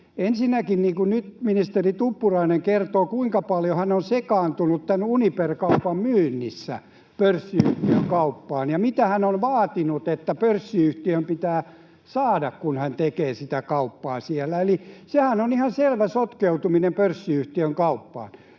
Ensinnäkin kun nyt ministeri Tuppurainen kertoo, kuinka paljon hän on sekaantunut tämän Uniper-kaupan myynnissä pörssiyhtiön kauppaan ja mitä hän on vaatinut, että pörssiyhtiön pitää saada, kun se tekee sitä kauppaa siellä, niin sehän on ihan selvä sotkeutuminen pörssiyh-tiön kauppaan.